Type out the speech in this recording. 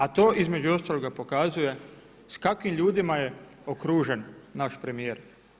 A to između ostaloga pokazuje s kakvim ljudima je okružen naš premijer.